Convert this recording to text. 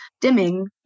dimming